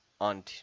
on